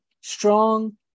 strong